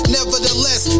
Nevertheless